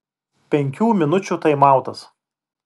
penkių minučių taimautas